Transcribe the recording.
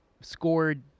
scored